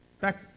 Back